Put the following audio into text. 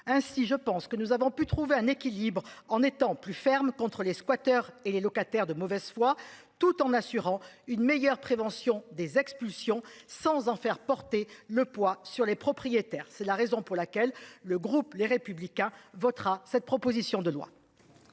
ainsi. Je pense que nous avons pu trouver un équilibre en étant plus ferme contre les squatteurs et les locataires de mauvaise foi, tout en assurant une meilleure prévention des expulsions, sans en faire porter le poids sur les propriétaires. C'est la raison pour laquelle le groupe Les Républicains votera cette proposition de loi.